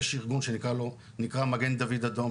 יש ארגון שנקרא מגן דוד אדום,